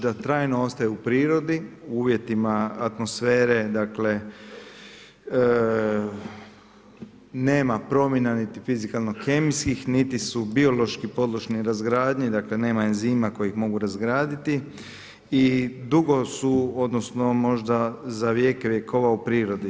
Da trajno ostaju u prirodi, u uvjetima atmosfere, dakle nema promjena niti fizikalno-kemijskih niti su biološki podložno razgradnji, dakle nema enzima koji ih mogu razgraditi i dugo su odnosno možda za vijeke vjekova u prirodi.